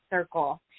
circle